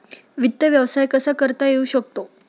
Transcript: वित्त व्यवसाय कसा करता येऊ शकतो?